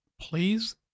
please